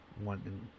one